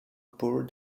poured